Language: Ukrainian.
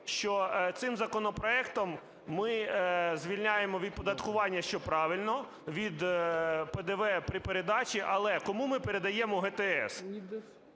що цим законопроектом ми звільняємо від оподаткування, що правильно, від ПДВ при передачі. Але кому ми передаємо ГТС?